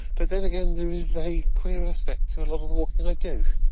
but then again there is a queer aspect to a lot of the walking i do.